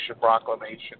Proclamation